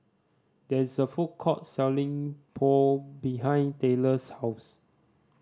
there is a food court selling Pho behind Taylor's house